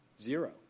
Zero